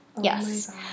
yes